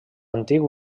antic